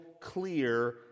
clear